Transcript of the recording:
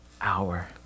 hour